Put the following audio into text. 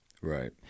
Right